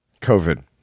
COVID